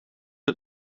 het